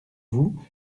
vous